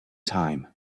time